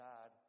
God